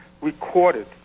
recorded